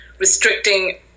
Restricting